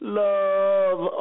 love